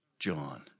John